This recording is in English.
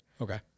Okay